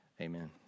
Amen